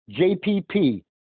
JPP